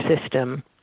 system